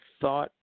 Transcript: thought